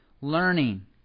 Learning